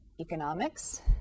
economics